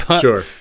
Sure